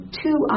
two